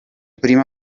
prima